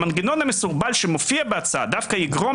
המנגנון המסורבל שמופיע בהצעה דווקא יגרום